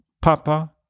Papa